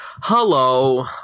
Hello